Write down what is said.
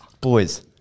Boys